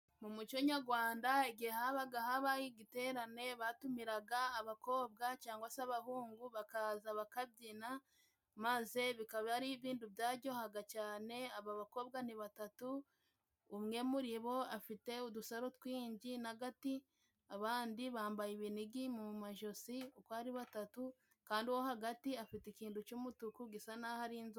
Mu muco nyagwanda igihe habaga haba igiterane batumiraga abakobwa cangwa se abahungu bakaza bakabyina, maze bikaba ari ibintu byaryohaga cane, aba bakobwa ni batatu umwe muri bo afite udusaro twinshi n'agati, abandi bambaye ibinigi mu majosi uko ari batatu, kandi uwo hagati afite ikintu c'umutuku gisa n'aho ari inzoka.